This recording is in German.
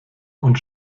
und